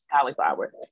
cauliflower